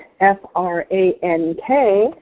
F-R-A-N-K